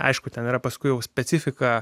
aišku ten yra paskui jau specifika